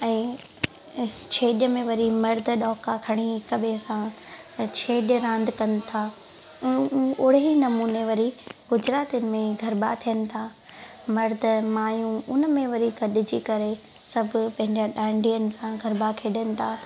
ऐं छेॼ में वरी मर्द डौका खणी हिकु ॿिए सां छेॼ रांदि कनि था ऐं ओही नमूने वरी गुजरातियुनि में गरबा थियनि था मर्द मायूं उन में वरी गॾिजी करे सभु पंहिंजा डांडियनि सां गरबा खेॾनि था